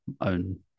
own